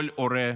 כל הורה,